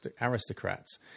Aristocrats